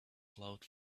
glowed